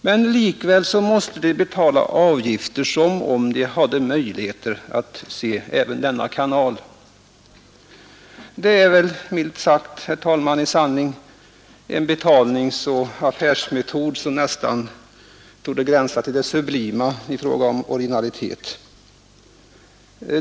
Men likväl måste de betala avgifter som om de hade möjlighet att se även sändningarna över denna kanal. Det är väl, milt sagt, en betalningsoch affärsmetod som torde gränsa till det sublima i fråga om originalitet.